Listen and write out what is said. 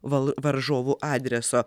val varžovų adreso